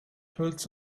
hurts